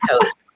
Coast